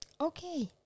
Okay